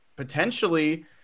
potentially